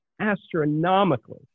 astronomically